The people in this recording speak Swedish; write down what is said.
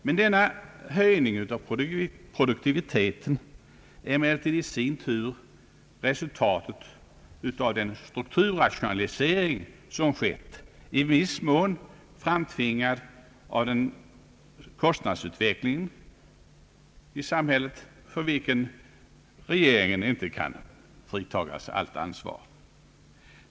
Men denna höjning av produktiviteten är i sin tur resultatet av den strukturrationalisering som skett, en strukturrationalisering som i viss mån framtvingats av kostnadsutvecklingen i samhället, för vilken regeringen inte kan fritas från allt ansvar.